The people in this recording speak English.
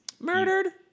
Murdered